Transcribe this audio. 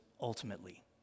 ultimately